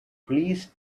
please